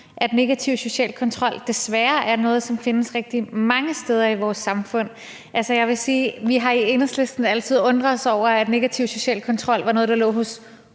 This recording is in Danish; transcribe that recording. at negativ social kontrol desværre er noget, som findes rigtig mange steder i vores samfund. Altså, jeg vil sige, at vi i Enhedslisten altid har undret os over, at negativ social kontrol var noget, der lå hos